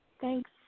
Thanks